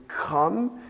come